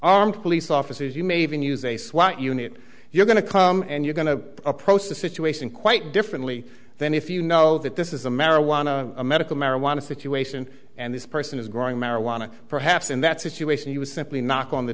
armed police officers you may even use a swat unit you're going to come and you're going to approach the situation quite differently than if you know that this is a marijuana a medical marijuana situation and this person is growing marijuana perhaps in that situation he was simply knock on the